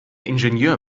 ingenieur